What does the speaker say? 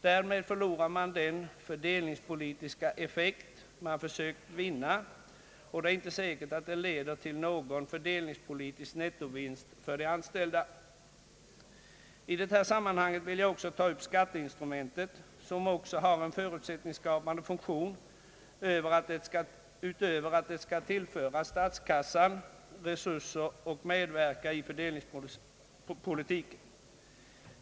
Därmed förlorar man den fördelningspolitiska effekt man försökt vinna, och det är inte säkert att det leder till någon fördelningspolitisk nettovinst för de anställda. I detta sammanhang vill jag också ta upp skatteinstrumentet som även har en förutsättningsskapande funktion utöver att det skall tillföra statskassan resurser och medverka i fördelningspolitiken.